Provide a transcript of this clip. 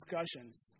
discussions